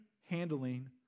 handling